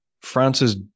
France's